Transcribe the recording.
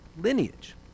lineage